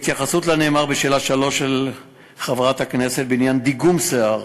3. בעניין דיגום שיער,